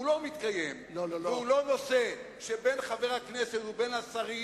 הוא לא מתקיים והוא לא נושא שבין חבר הכנסת ובין השרים,